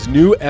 new